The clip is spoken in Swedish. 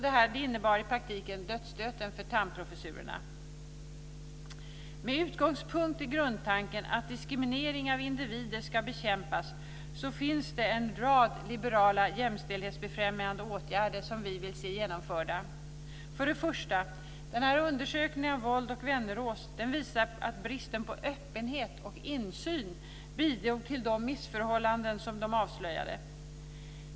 Detta innebar i praktiken dödsstöten för Thamprofessurerna. Med utgångspunkt i grundtanken att diskriminering av individer ska bekämpas finns det en rad liberala jämställdhetsbefrämjande åtgärder som vi vill se genomförda. För det första visade Wold-Wennerås undersökning att bristen på öppenhet och insyn bidrog till de missförhållanden som de avslöjade.